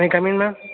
may I come in ma'am